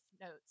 notes